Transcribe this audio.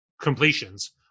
completions